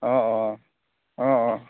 অঁ অঁ অঁ অঁ